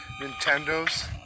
Nintendos